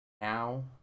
now